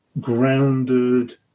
grounded